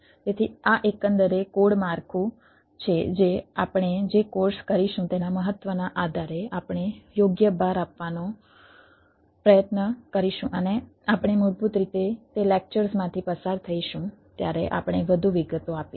તેથી આ એકંદરે કોડ માળખું છે જે આપણે જે કોર્સ કરીશું તેના મહત્વના આધારે આપણે યોગ્ય ભાર આપવાનો પ્રયત્ન કરીશું અને આપણે મૂળભૂત રીતે તે લેક્ચર્સમાંથી પસાર થઈશું ત્યારે આપણે વધુ વિગતો આપીશું